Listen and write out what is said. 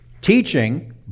teaching